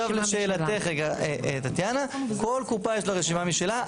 לשאלתך, טטיאנה, כל קופה יש לה רשימה משלה.